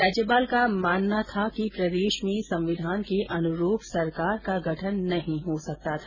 राज्यपाल का मानना था कि प्रदेश में संविधान के अनुरूप सरकार का गठन नहीं हो सकता था